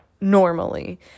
normally